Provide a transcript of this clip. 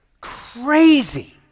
crazy